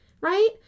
right